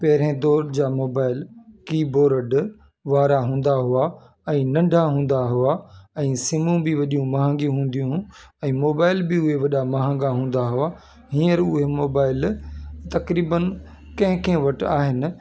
पहिरे दौरु जा मोबाइल की बोर्ड वारा हूंदा हुआ ऐं नंढा हूंदा हुआ ऐं सिम बि वॾियूं महिंगियूं हूंदियूं हूं ऐं मोबाइल बि उहे वॾा महांगा हूंदा हुआ हीअंर उहे मोबाइल तक़रिबन कंहिं कंहिं वटि आहिनि